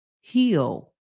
heal